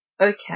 okay